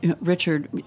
Richard